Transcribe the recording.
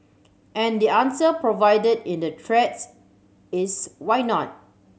and the answer provided in the threads is why not